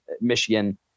Michigan